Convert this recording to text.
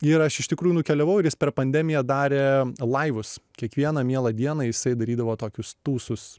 ir aš iš tikrųjų nukeliavau ir jis per pandemiją darė laivus kiekvieną mielą dieną jisai darydavo tokius tūsus